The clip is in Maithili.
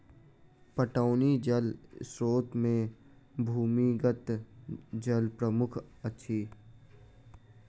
पटौनी जल स्रोत मे भूमिगत जल प्रमुख अछि